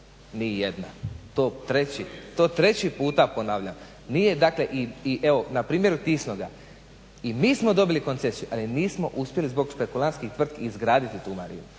Nijedna. To treći puta ponavljam. Nije dakle, i evo na primjeru Tisnoga, i mi smo dobili koncesiju ali je nismo uspjeli zbog špekulantskih tvrtki izgraditi tu marinu.